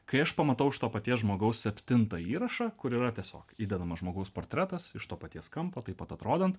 kai aš pamatau iš to paties žmogaus septintą įrašą kur yra tiesiog įdedamas žmogaus portretas iš to paties kampo taip pat atrodant